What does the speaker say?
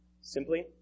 Simply